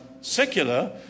secular